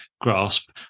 grasp